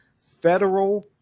federal